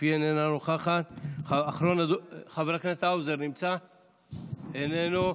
איננה נוכחת, חבר הכנסת האוזר, אינו נוכח.